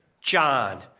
John